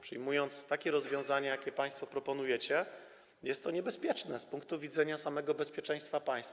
Przyjęcie takiego rozwiązania, jakie państwo proponujecie, jest niebezpieczne z punktu widzenia samego bezpieczeństwa państwa.